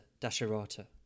Dasharata